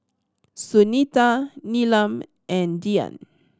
Sunita Neelam and Dhyan